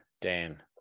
Dan